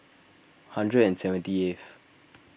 hundred and seventy eight